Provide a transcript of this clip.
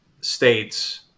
states